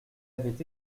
avait